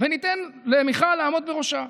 וניתן למיכל לעמוד בראשה.